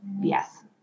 yes